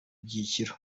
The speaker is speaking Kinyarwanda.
byiciro